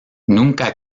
nunca